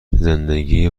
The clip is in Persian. زندگی